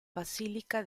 basilica